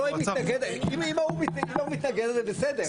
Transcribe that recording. אם ההוא לא מתנגד זה בסדר,